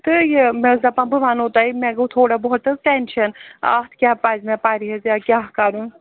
تہٕ یہِ مےٚ ٲس دَپان بہٕ وَنہو تۄہہِ مےٚ گوٚو تھوڑا بہت حظ ٹٮ۪نشَن اَتھ کیٛاہ پَزِ مےٚ پَرہیز یا کیٛاہ کَرُن